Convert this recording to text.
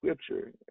Scripture